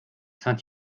saint